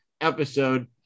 episode